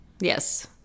Yes